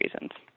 reasons